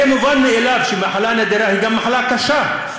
הרי מובן מאליו שמחלה נדירה היא גם מחלה קשה.